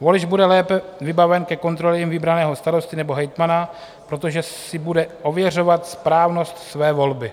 Volič bude lépe vybaven ke kontrole vybraného starosty nebo hejtmana, protože si bude ověřovat správnost své volby.